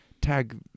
tag